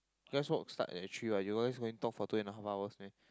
you guys work start at three what you always going talk for two and a half hours meh